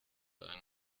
eine